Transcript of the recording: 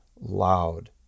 loud